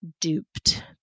duped